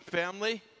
Family